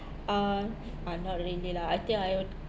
uh I'm not really lah I think I